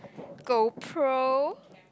GoPro